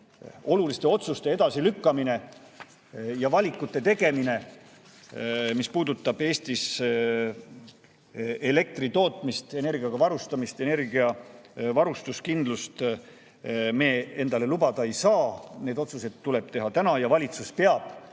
oluliste otsuste ja valikute tegemise edasilükkamist, mis puudutab Eestis elektri tootmist, energiaga varustamist, energiavarustuskindlust, me endale lubada ei saa. Need otsused tuleb teha täna ja valitsus peab